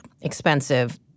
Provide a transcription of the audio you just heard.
expensive